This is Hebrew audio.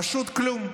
פשוט כלום.